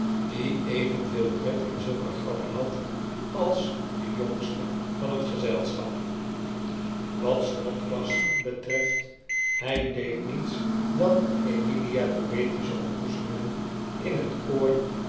die evenveel pret in zulke grappen had als de jongste van het gezelschap de pickwick club wat snodgrass betreft hij deed niets dan emilia poetische ontboezemingen in het oor